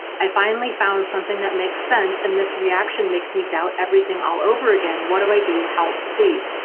i finally found something that makes sense and this reaction makes me doubt everything all over again. what do i do. help please.